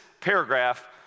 paragraph